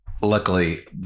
Luckily